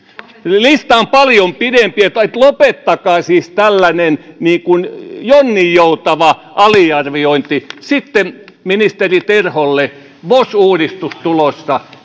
lista on paljon pidempi niin että lopettakaa tällainen jonninjoutava aliarviointi sitten ministeri terholle vos uudistus on tulossa